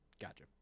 Gotcha